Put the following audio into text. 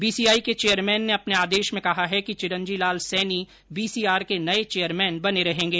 BCI के chairman ने अपने आदेश में कहा है कि चिरंजीलाल सैनी बीसीआर के चेयरमैन बने रहेंगे